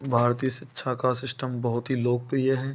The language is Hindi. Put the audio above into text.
भारतीय सिच्छा का सिस्टम बहुत ही लोकप्रिय है